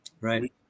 Right